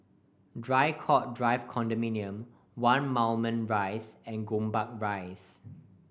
Draycott Drive Condominium One Moulmein Rise and Gombak Rise